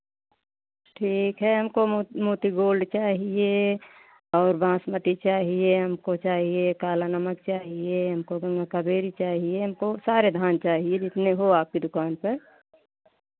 ठीक है हमको मो मोती गोल्ड चाहिये और बासमती चाहिये हमको चाहिये काला नमक चाहिये हमको दोनों कावेरी चाहिये हमको सारे धान चाहिये जितने हो आपकी दुकान पर